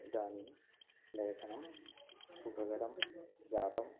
इदानीं लेखनं सुखकरं जातम्